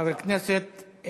על